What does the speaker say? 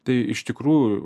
tai iš tikrųjų